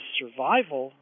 survival